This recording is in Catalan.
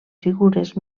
figures